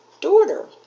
daughter